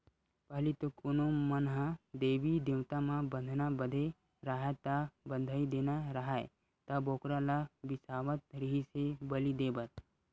पहिली तो कोनो मन ह देवी देवता म बदना बदे राहय ता, बधई देना राहय त बोकरा ल बिसावत रिहिस हे बली देय बर